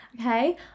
okay